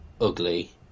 ugly